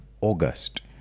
August